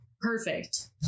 perfect